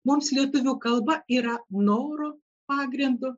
mums lietuvių kalba yra noro pagrindu